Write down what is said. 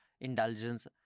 indulgence